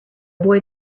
boy